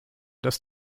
dass